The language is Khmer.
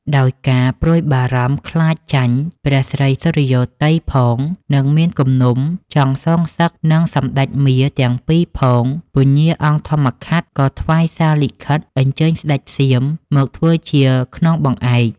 ដោយការព្រួយបារម្មណ៍ខ្លាចចាញ់ ព្រះស្រីសុរិយោទ័យផង និងមានគំនុំចង់សងសឹកនិងសម្ដេចមារទាំងពីរផង ពញ្ញាអង្គធម្មខាត់ ក៏ថ្វាយសារលិខិត អញ្ជើញស្ដេចសៀមមកធ្វើជាខ្នងបង្អែក។